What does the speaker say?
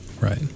Right